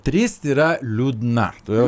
tryst yra liūdna todėl